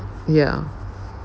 ya